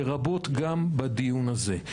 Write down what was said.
לרבות גם בדיון הזה.